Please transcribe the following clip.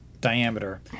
diameter